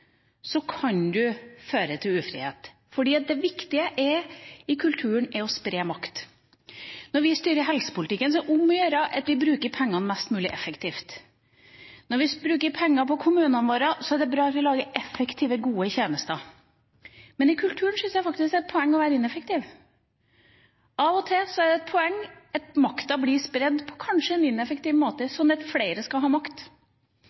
kan det føre til ufrihet. Det viktige i kulturen er å spre makt. Når vi styrer helsepolitikken, er det om å gjøre at vi bruker pengene mest mulig effektivt. Når vi bruker penger på kommunene våre, er det bra at vi lager effektive, gode tjenester. I kulturen syns jeg faktisk det er et poeng å være ineffektiv. Av og til er det et poeng at makta blir spredd på kanskje en ineffektiv måte, sånn at flere får makt.